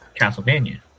Castlevania